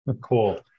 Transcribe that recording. cool